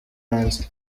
hanze